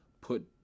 put